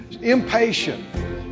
Impatient